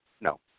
No